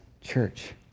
church